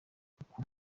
uku